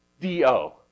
D-O